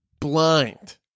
blind